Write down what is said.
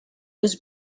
was